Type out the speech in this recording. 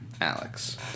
Alex